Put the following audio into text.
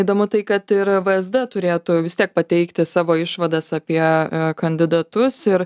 įdomu tai kad ir vsd turėtų vis tiek pateikti savo išvadas apie kandidatus ir